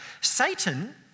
Satan